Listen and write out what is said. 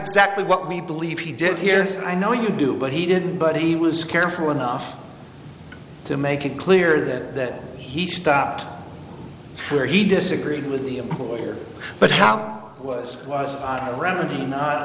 exactly what we believe he did here i know you do but he didn't but he was careful enough to make it clear that he stopped where he disagreed with the employer but how was it was a remedy not